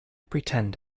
pretend